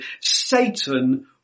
Satan